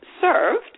served